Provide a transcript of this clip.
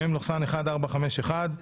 מ/1451.